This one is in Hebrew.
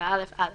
4א. (א)